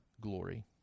glory